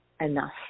enough